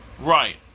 Right